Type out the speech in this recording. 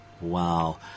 wow